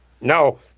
No